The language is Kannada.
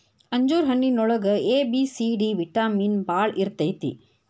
ಅಂಜೂರ ಹಣ್ಣಿನೊಳಗ A, B, C, D vitamin ಬಾಳ ಇರ್ತೈತಿ